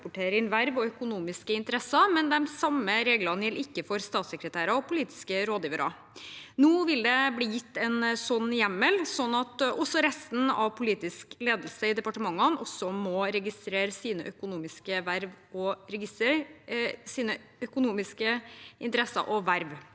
verv og økonomiske interesser, men de samme reglene gjelder ikke for statssekretærer og politiske rådgivere. Nå vil det bli gitt en sånn hjemmel, sånn at også resten av politisk ledelse i departementene må registrere sine økonomiske verv og